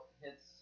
hits